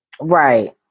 Right